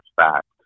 fact